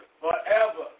forever